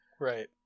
Right